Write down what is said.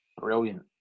Brilliant